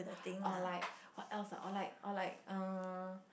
or like what else ah or like or like err